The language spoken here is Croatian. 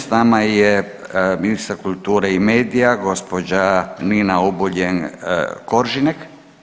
S nama je ministar kulture i medija gospođa Nina Obuljen Koržinek.